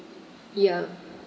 ya